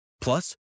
Plus